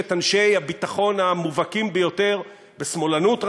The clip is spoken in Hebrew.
את אנשי הביטחון המובהקים ביותר בשמאלנות,